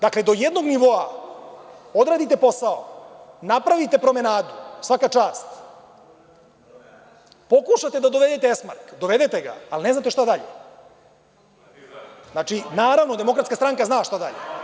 Dakle, do jednog nivoa odradite posao, napravite promenadu, svaka čast, pokušate da dovedete Esmark, dovedete ga, ali ne znate šta dalje. (Aleksandar Martinović, s mesta: A ti znaš?) Naravno, DS zna šta dalje.